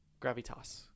Gravitas